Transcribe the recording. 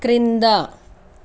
క్రింద